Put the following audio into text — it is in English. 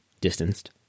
distanced